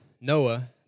Noah